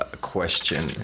question